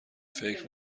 فکر